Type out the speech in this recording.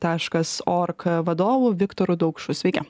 taškas org vadovu viktoru daukšu sveiki